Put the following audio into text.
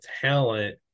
talent